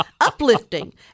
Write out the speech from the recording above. uplifting